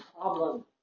problem